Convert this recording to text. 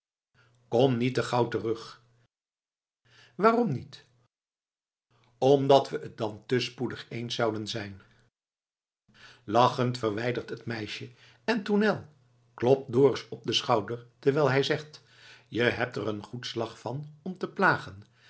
kom niet te gauw terug waarom niet omdat we t dan te spoedig eens zouden zijn lachend verwijdert zich het meisje en tournel klopt dorus op den schouder terwijl hij zegt je hebt er goed slag van om te plagen